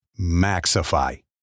Maxify